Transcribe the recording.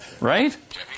Right